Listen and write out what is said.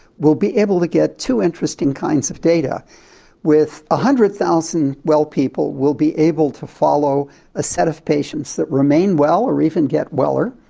we'll be able to get two interesting kinds of data with one ah hundred thousand well people we'll be able to follow a set of patients that remain well or even get weller,